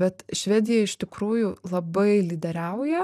bet švedija iš tikrųjų labai lyderiauja